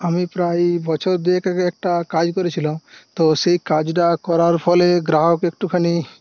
আমি প্রায় বছর দুয়েক আগে একটা কাজ করেছিলাম তো সেই কাজটা করার ফলে গ্রাহক একটুখানি